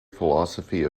philosophy